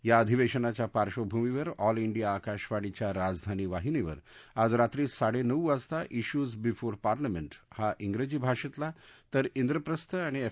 या अधिवेशनाच्या पार्श्वभूमीवर ऑल इंडिया आकाशवाणीच्या राजधानी वाहिनीवर आज रात्री साडेनऊ वाजता इश्यूज बिफोर पार्लमेंट हा इंग्रजी भाषेतला तर इंद्रप्रस्थ आणि एफ